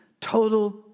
total